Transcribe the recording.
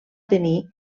tenir